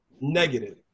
Negative